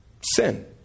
Sin